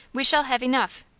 we shall have enough.